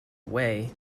away